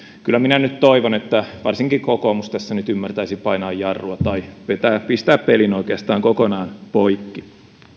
kyllä minä nyt toivon että varsinkin kokoomus tässä ymmärtäisi painaa jarrua tai pistää pelin oikeastaan kokonaan poikki